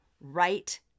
Right